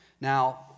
Now